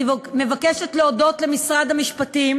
אני מבקשת להודות למשרד המשפטים: